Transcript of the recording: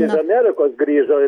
iš amerikos grįžo